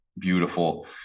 beautiful